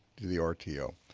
to the ah rto,